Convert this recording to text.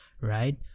right